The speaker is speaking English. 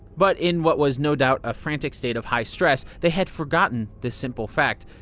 but in what was no doubt a frantic state of high stress, they had forgotten this simple fact.